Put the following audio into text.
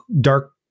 dark